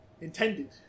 intended